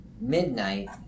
midnight